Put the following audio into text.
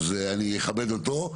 אז אני אכבד אותו.